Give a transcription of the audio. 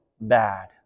bad